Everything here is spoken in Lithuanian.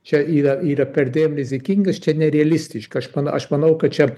čia yra yra perdėm rizikingas čia nerealistiška aš man aš manau kad čia